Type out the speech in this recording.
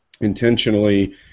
intentionally